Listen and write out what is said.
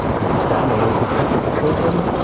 then she sat in the lean-to tent with her children,